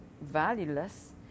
valueless